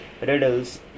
riddles